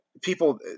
people